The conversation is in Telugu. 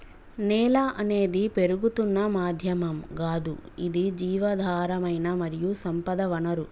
నేల అనేది పెరుగుతున్న మాధ్యమం గాదు ఇది జీవధారమైన మరియు సంపద వనరు